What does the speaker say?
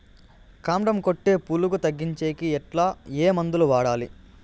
కాండం కొట్టే పులుగు తగ్గించేకి ఎట్లా? ఏ మందులు వాడాలి?